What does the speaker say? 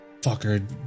fucker